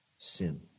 Sin